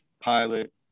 pilot